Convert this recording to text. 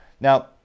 now